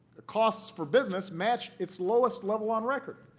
costs for business matched its lowest level on record.